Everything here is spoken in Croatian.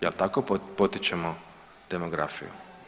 Je li tako potičemo demografiju?